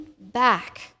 back